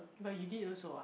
but you did also [what]